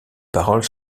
paroles